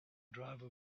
driver